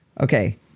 okay